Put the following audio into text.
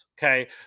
Okay